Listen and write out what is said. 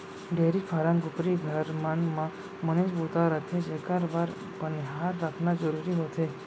dairy farm, कुकरी घर, मन म बनेच बूता रथे जेकर बर बनिहार रखना जरूरी होथे